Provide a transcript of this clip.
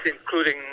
including